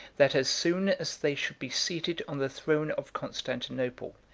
that as soon as they should be seated on the throne of constantinople,